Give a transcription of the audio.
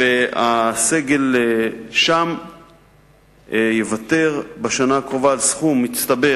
והסגל שם יוותר בשנה הקרובה על סכום מצטבר